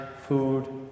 food